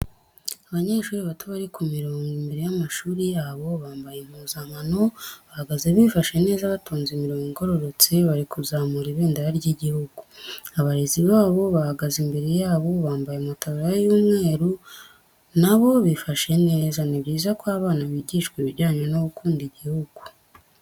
Abanyeshuri bato bari ku mirongo imbere y'amashuri yabo, bambaye impuzankano bahagaze bifashe neza batonze imirongo igororotse bari kuzamura ibindera ry'igihugu. Abarezi babo bahagaze imbere yabo bambaye amataburiya y'umweru na bo bifashe neza. Ni byiza ko abana bigishwa ibijyanye no gukunda igihugu.